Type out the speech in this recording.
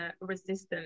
resistance